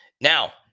Now